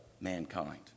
mankind